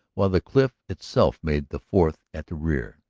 while the cliff itself made the fourth at the rear.